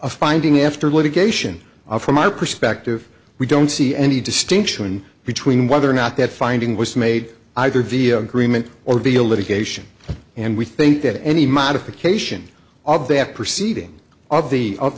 a finding after litigation from my perspective we don't see any distinction between whether or not that finding was made either via agreement or via litigation and we think that any modification of the have proceeding of the of